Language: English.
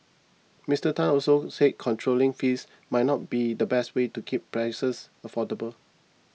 Mister Tan also said controlling fees might not be the best way to keep prices affordable